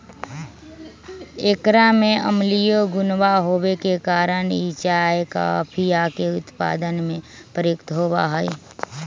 एकरा में अम्लीय गुणवा होवे के कारण ई चाय कॉफीया के उत्पादन में प्रयुक्त होवा हई